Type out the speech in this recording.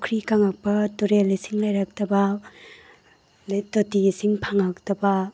ꯄꯨꯈ꯭ꯔꯤ ꯀꯪꯂꯛꯄ ꯇꯨꯔꯦꯜ ꯏꯁꯤꯡ ꯂꯩꯔꯛꯇꯕ ꯑꯗꯒꯤ ꯇꯣꯇꯤ ꯏꯁꯤꯡ ꯐꯪꯂꯛꯇꯕ